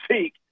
seek